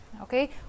Okay